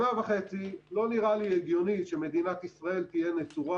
לא נראה לי הגיוני שמדינת ישראל תהיה נצורה